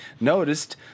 noticed